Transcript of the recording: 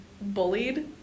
bullied